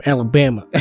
Alabama